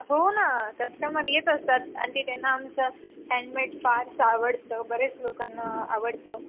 हो ना कस्टमर येत असतात आणि ते त्यांना आमचं हँडमेड फारसं आवडतं बरेच लोकांना आवडतं